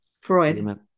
freud